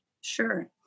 Sure